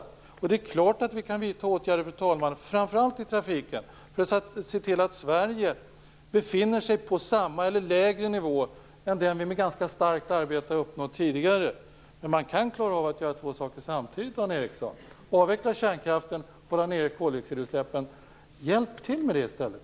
Fru talman! Självfallet kan vi vidta åtgärder, framför allt i trafiken, för att se till att Sverige befinner sig på samma eller lägre nivå än den vi med ganska hårt arbete uppnått tidigare. Man kan klara av att göra två saker samtidigt, Dan Ericsson. Man kan avveckla kärnkraften och hålla nere koldioxidutsläppen. Hjälp till med det i stället!